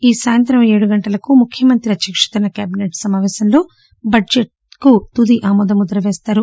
ఈ సాయంత్రం ఏడు గంటలకు ముఖ్యమంత్రి అధ్యక్షతన కేబినెట్ సమావేశంలో బడ్జెట్ తుది ఆమోద ముద్ర వేస్తారు